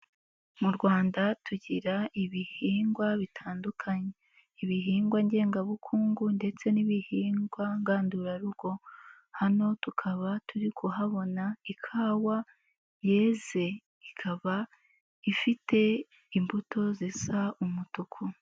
Mu Rwanda tugira ibihingwa bitandukanye, ibihingwa ngengabukungu ndetse n'ibihingwa ngandurarugo, hano tukaba turi kuhabona ikawa yeze ikaba ifite imbuto zisa umutuku.